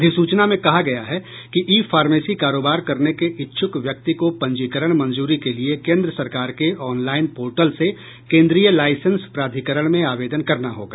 अधिसूचना में कहा गया है कि ई फार्मेसी कारोबार करने के इच्छुक व्यक्ति को पंजीकरण मंजूरी के लिए केंद्र सरकार के ऑनलाईन पोर्टल से केंद्रीय लाईसेंस प्राधिकरण में आवेदन करना होगा